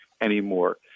anymore